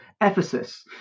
ephesus